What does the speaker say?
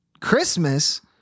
Christmas